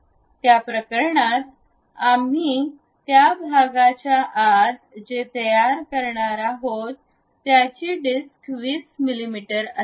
त्या प्रकरणात आम्ही त्या भागाच्या आत जे तयार करणार आहोत त्याची डिस्क 20 मिमी असावी